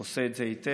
הוא עושה את זה היטב,